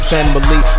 Family